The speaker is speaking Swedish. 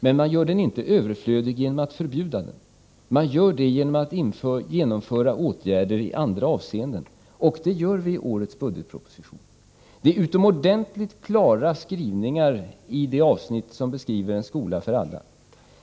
Men man gör den inte överflödig genom att förbjuda den, utan genom att genomföra åtgärder i andra avseenden. I årets budgetproposition föreslår vi också sådana åtgärder, i utomordentligt klara skrivningar i det avsnitt som beskriver ”En skola för alla”.